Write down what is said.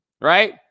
Right